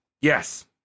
Yes